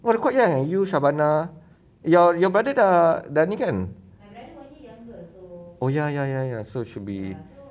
!wah! the quite young ah you shavana your your brother dah ni kan oh ya ya ya ya so should be